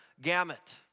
gamut